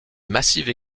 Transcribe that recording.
massive